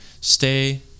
stay